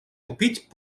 купить